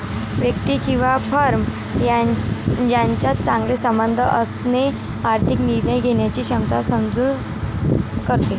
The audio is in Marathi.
व्यक्ती किंवा फर्म यांच्यात चांगले संबंध असणे आर्थिक निर्णय घेण्याची क्षमता मजबूत करते